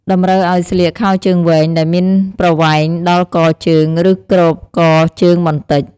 តម្រូវឱ្យស្លៀក ខោជើងវែង ដែលមានប្រវែង ដល់កជើង ឬគ្របកជើងបន្តិច។